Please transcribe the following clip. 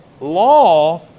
Law